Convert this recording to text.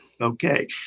Okay